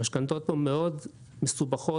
המשכנתאות פה מאוד מסובכות.